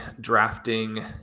drafting